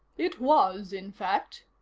it was, in fact,